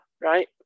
Right